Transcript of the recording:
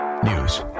News